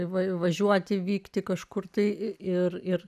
įvažiuoti vykti kažkur tai ir ir